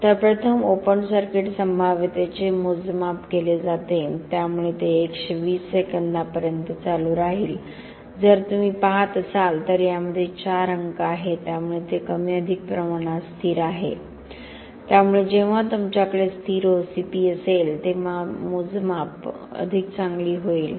तर प्रथम open circuit संभाव्यतेचे मोजमाप केले जाते त्यामुळे ते 120 सेकंदांपर्यंत चालू राहील जर तुम्ही पाहत असाल तर यामध्ये चार अंक आहेत त्यामुळे ते कमी अधिक प्रमाणात स्थिर आहे त्यामुळे जेव्हा तुमच्याकडे स्थिर OCP असेल तेव्हा मोजमाप अधिक चांगली होईल